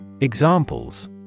Examples